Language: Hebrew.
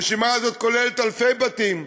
הרשימה הזאת כוללת אלפי בתים,